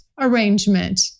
arrangement